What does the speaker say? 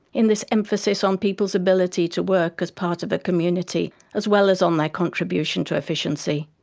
in this emphasis on people's ability to work as part of a community as well as on their contribution to efficiency.